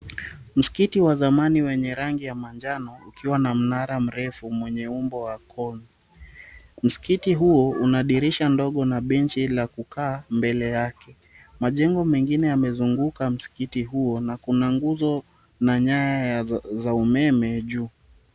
Msikiti wa zamani wenye rangi ya manjano ukiwa na mnara mrefu mwenye umbo wa konu. Msikitini huo una dirisha ndogo na benchi la kukaa mbele yake. Majengo mengine yamezunguka msikiti huo na kuna nguzo na nyaya za umeme juu.